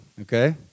okay